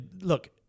Look